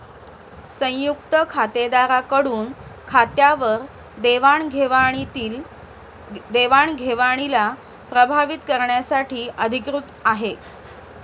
संयुक्त खातेदारा कडून खात्यावर देवाणघेवणीला प्रभावीत करण्यासाठी अधिकृत आहे